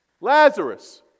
Lazarus